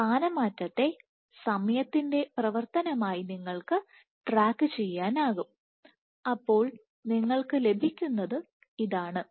സ്ഥാനമാറ്റത്തെ സമയത്തിന്റെ പ്രവർത്തനമായി നിങ്ങൾക്ക് ട്രാക്കു ചെയ്യാനാകും അപ്പോൾ നിങ്ങൾക്ക് ലഭിക്കുന്നത് ഇതാണ്